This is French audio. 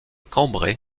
cambrai